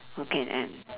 okay and